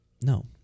No